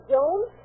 Jones